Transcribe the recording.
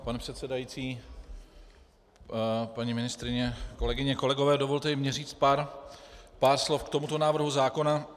Pane předsedající, paní ministryně, kolegyně, kolegové, dovolte i mně říct pár slov k tomuto návrhu zákona.